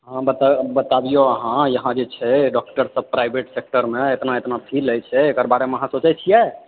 हँ बता बतबिऔ अहाँ अहाँ जे डॉक्टरसभ प्राइवेट सेक्टरमे एतना एतना फी लैत छै एकर बारेमे अहाँ सोचैत छियै